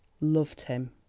loved him!